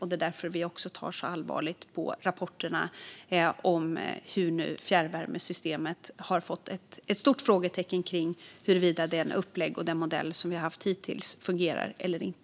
Det är därför vi också tar allvarligt på rapporterna om hur fjärrvärmesystemet nu har fått ett stort frågetecken kring huruvida det upplägg och den modell som vi har haft hittills fungerar eller inte.